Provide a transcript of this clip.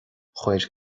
chuir